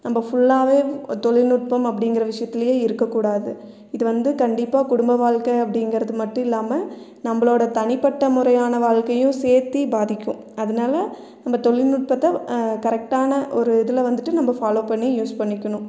நம்ம ஃபுல்லாகவே ஒரு தொழில்நுட்பம் அப்படிங்கற விஷயத்தில் இருக்கற கூடாது இது வந்து கண்டிப்பாக குடும்ப வாழ்கை அப்படிங்கறது மட்டும் இல்லாமல் நம்மளோட தனிப்பட்ட முறையான வாழ்க்கையும் சேர்த்தே பாதிக்கும் அதனால் அந்த தொழிநுட்பத்தை கரெக்ட்டான ஒரு இதில் வந்துட்டு நம்ம ஃபாலோ பண்ணி யூஸ் பண்ணிக்கணும்